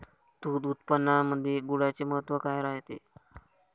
दूध उत्पादनामंदी गुळाचे महत्व काय रायते?